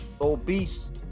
obese